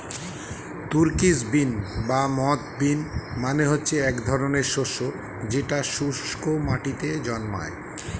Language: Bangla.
তুর্কিশ বিন বা মথ বিন মানে হচ্ছে এক ধরনের শস্য যেটা শুস্ক মাটিতে জন্মায়